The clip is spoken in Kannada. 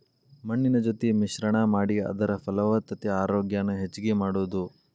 ಮಣ್ಣಿನ ಜೊತಿ ಮಿಶ್ರಣಾ ಮಾಡಿ ಅದರ ಫಲವತ್ತತೆ ಆರೋಗ್ಯಾನ ಹೆಚಗಿ ಮಾಡುದು